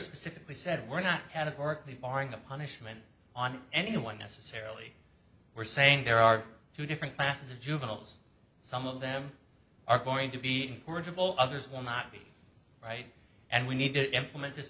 specifically said we're not categorically barring the punishment on anyone necessarily we're saying there are two different classes of juveniles some of them are going to be workable others will not be right and we need to implement this